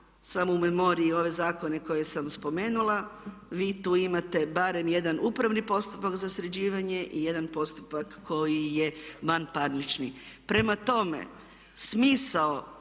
samo u memoriji ove zakone koje sam spomenula. Vi tu imate barem jedan upravni postupak za sređivanje i jedan postupak koji je vanparnični. Prema tome, smisao